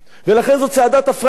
ולכן, זאת צעדת הפראיירים.